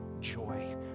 joy